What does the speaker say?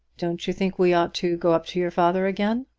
don't you think we ought to go up to your father again?